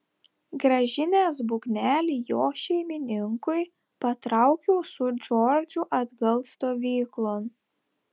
grąžinęs būgnelį jo šeimininkui patraukiau su džordžu atgal stovyklon